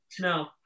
No